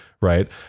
right